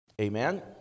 Amen